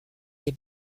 des